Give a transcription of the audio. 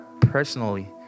personally